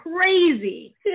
crazy